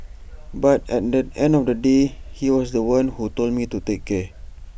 but at the end of the day he was The One who told me to take care